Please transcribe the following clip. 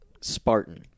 Spartan